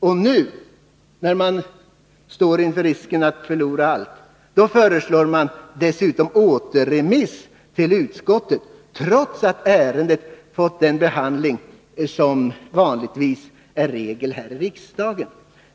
Och nu, när de står inför risken att förlora allt, föreslår de återremiss till utskottet trots att ärendet har fått den behandling som är regel här i riksdagen.